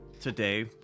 today